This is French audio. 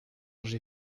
j’ai